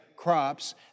crops